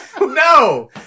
no